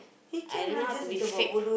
I don't know how to be fake